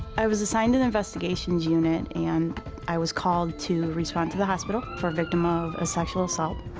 i was assigned to the investigations unit, and i was called to and respond to the hospital for a victim of a sexual assault.